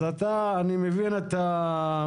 אני מבין שאתה,